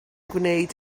gwneud